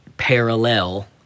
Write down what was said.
parallel